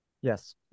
Yes